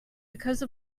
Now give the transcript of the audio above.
because